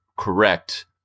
correct